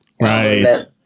Right